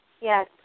Yes